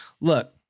Look